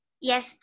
Yes